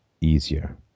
easier